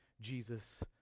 Jesus